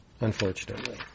unfortunately